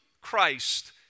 Christ